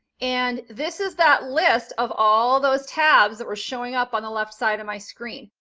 and this is that list of all those tabs that were showing up on the left side of my screen.